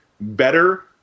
better